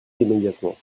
immédiatement